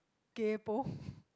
kaypo